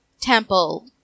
temple